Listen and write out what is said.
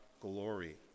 glory